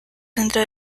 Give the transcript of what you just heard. dentro